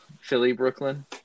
Philly-Brooklyn